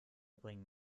bringen